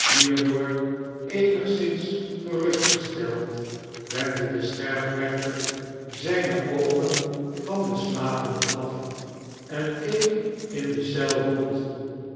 hierdoor eenigszins gerustgesteld wendde de scherprechter zijne oogen van den slapende af en keek in de eel rond